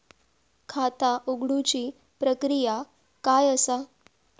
खाता उघडुची प्रक्रिया काय असा?